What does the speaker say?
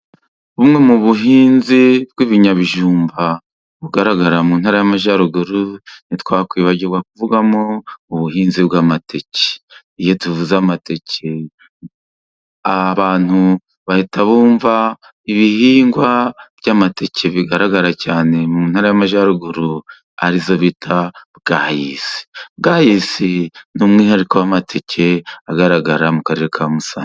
Bumwe mu buhinzi bw' ibinyabijumba, bugaragara mu Ntara y' Amajyaruguru, ntitwakwibagirwa kuvugamo ubuhinzi bw' amateka. Iyo tuvuze amateke, abantu bahita bumva ibihingwa by' amateke bigaragara cyane mu Ntara y' Amajyaruguru, ariyo bita bwasi. Bwayisi ni umwihariko w' amateke agaragara mu Karere ka Musanze.